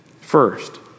First